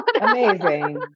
Amazing